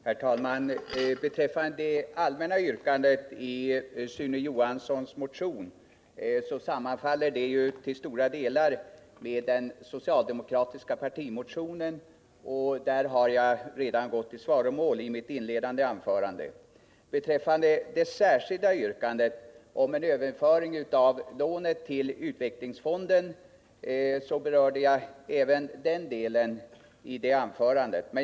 Herr talman! Det allmänna yrkandet i Sune Johanssons motion sammanfaller till stora delar med den socialdemokratiska partimotionen, och när det gäller denna gick jag i svaromål redan i mitt inledande anförande. Vad beträffar det särskilda yrkandet om en överföring av lånet till Utvecklingsfonden, så berörde jag även den saken i mitt anförande.